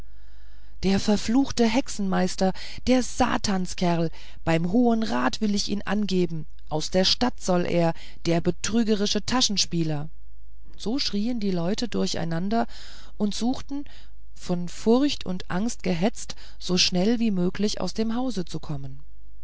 der verfluchte hexenmeister der satanskerl beim hohen rat will ich ihn angeben aus der stadt soll er der betrügerische taschenspieler so schrieen die leute durcheinander und suchten von furcht und angst gehetzt so schnell als möglich aus dem hause zu kommen